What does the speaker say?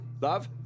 Love